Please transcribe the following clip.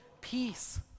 peace